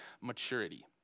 maturity